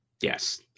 Yes